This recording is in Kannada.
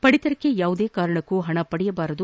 ಪಡಿತರಕ್ಕೆ ಯಾವುದೇ ಕಾರಣಕ್ಕೂ ಪಣ ಪಡೆಯಬಾರದು